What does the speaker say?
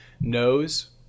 knows